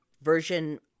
version